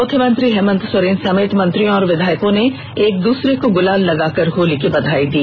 मुख्यमंत्री हेमंत सोरेन समेत मंत्री और विधायकों ने एक दूसरे को गुलाल लगाकर होली की बधाई दी